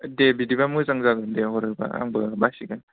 दे बिदिब्ला मोजां जागोन दे हरोब्ला आंबो बासिगोन